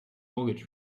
mortgage